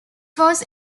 was